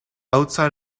outside